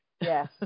yes